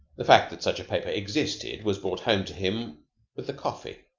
the fact that such a paper existed was brought home to him with the coffee.